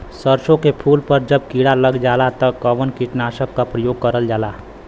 सरसो के फूल पर जब किड़ा लग जाला त कवन कीटनाशक क प्रयोग करल जाला?